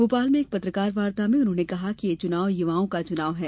भोपाल में एक पत्रकार वार्ता में उन्होंने कहा कि यह चुनाव युवाओं का चुनाव है